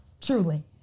truly